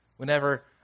Whenever